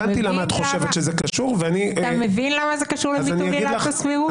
אתה מבין למה זה קשור לביטול עילת הסבירות?